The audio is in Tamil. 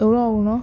எவ்வளோ ஆகும் அண்ணா